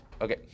okay